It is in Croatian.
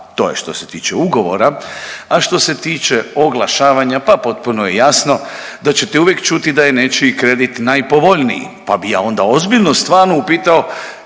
to je što se tiče ugovora, a što se tiče oglašavanja, pa potpuno je jasno da ćete uvijek čuti da je nečiji kredit najpovoljniji, pa bi ja onda ozbiljno i stvarno upitao